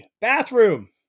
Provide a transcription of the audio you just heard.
bathroom